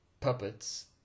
puppets